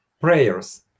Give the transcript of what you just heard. prayers